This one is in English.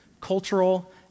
cultural